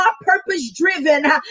purpose-driven